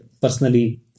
personally